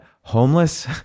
homeless